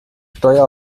steuer